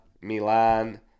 milan